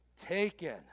taken